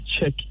check